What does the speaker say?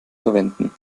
verwenden